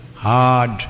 hard